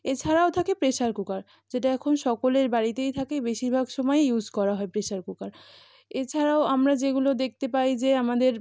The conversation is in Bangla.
এছাড়াও থাকে প্রেশার কুকার যেটা এখন সকলের বাড়িতেই থাকে বেশিরভাগ সময় ইউজ করা হয় প্রেসার কুকার এছাড়াও আমরা যেগুলো দেখতে পাই যে আমাদের